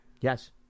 Yes